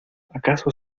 acaso